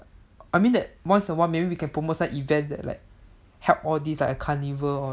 I mean that once in a while maybe we can promote some events that like help all these like a carnival